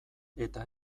eta